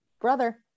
brother